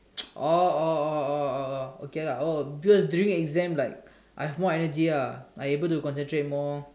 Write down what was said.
oh oh oh oh oh okay lah oh cause during exam like I have more energy ah I able to concentrate more